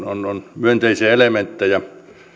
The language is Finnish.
on on myönteisiä elementtejä